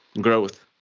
growth